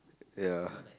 ya